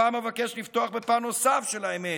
הפעם אבקש לפתוח בפן נוסף של האמת,